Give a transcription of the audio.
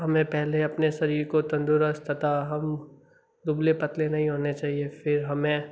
हमें पहले अपने शरीर को तंदुरुस्त तथा हम दुबले पतले नहीं होने चाहिए फिर हमें